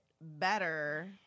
better